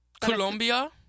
Colombia